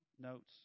notes